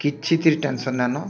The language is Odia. କିଛିତିରେ ଟେନସନ୍ ନେଇନ୍